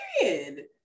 period